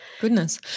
Goodness